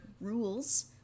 rules